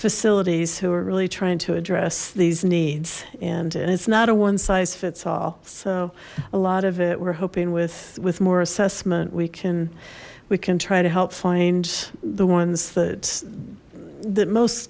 facilities who are really trying to address these needs and and it's not a one size fits all so a lot of it we're hoping with with more assessment we can we can try to help find the ones that that most